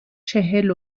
چهل